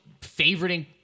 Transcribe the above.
favoriting